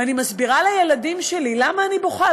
ואני מסבירה לילדים שלי למה אני בוכה,